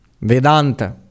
Vedanta